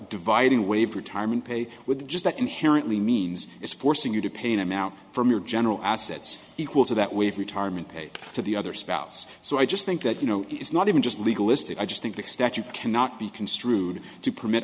dividing way of retirement pay with just that inherently means it's forcing you to pay an amount from your general assets equal to that with retirement paid to the other spouse so i just think that you know it's not even just legal listed i just think the statute cannot be construed to permit